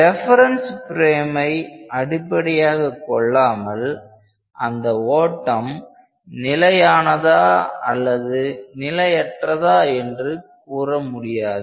reference பிரேமை அடிப்படையாகக் கொள்ளாமல் அந்த ஓட்டம் நிலையானதா அல்லது நிலையற்றதா என்று கூறமுடியாது